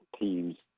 teams